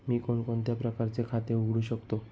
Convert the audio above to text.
मी कोणकोणत्या प्रकारचे खाते उघडू शकतो?